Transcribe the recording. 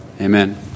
Amen